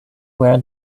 where